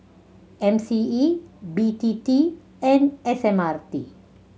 M C E B T T and S M R T